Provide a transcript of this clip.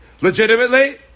legitimately